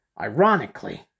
ironically